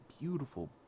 beautiful